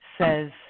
says